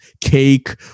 cake